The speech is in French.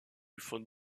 font